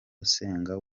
usenga